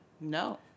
No